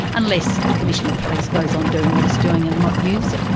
unless the commissioner of police goes on doing what he's doing and not use it.